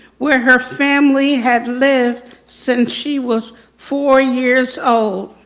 where her family had lived since she was four years old.